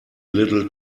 little